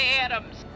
Adams